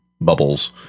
bubbles